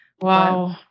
Wow